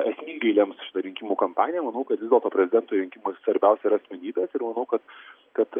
esmingai lems šitą rinkimų kampaniją manau kad vis dėlto prezidento rinkimuos svarbiausia yra asmenybės ir manau kad kad